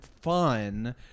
fun